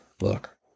look